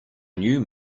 new